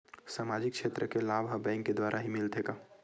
सामाजिक क्षेत्र के लाभ हा बैंक के द्वारा ही मिलथे का?